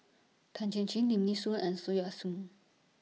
Tan Chin Chin Lim Nee Soon and Soon Ah Seng